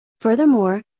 Furthermore